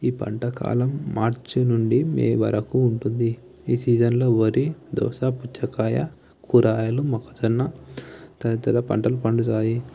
ఈ పంట కాలం మార్ఛి నుండి మే వరకు ఉంటుంది ఈ సీజన్లో వరి దోస పుచ్చకాయ కూరగాయలు మొక్కజొన్న తదితర పంటలు పండుతాయి